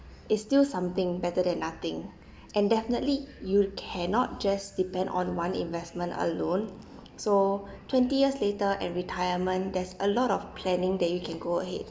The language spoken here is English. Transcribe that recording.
it's still something better than nothing and definitely you cannot just depend on one investment alone so twenty years later and retirement there's a lot of planning that you can go ahead